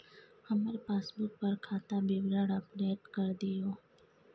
हमर पासबुक पर खाता विवरण अपडेट कर दियो